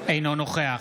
אינו נוכח